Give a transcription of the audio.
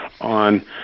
on